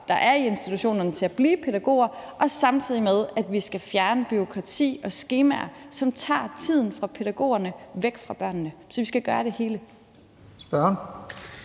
der er i institutionerne, til at blive pædagoger, og samtidig med at vi skal fjerne bureaukrati og skemaer, som tager tiden fra pædagogerne, væk fra børnene. Så vi skal gøre det hele.